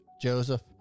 Joseph